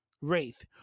wraith